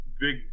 big